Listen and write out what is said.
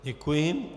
Děkuji.